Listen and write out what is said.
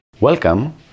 Welcome